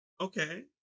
Okay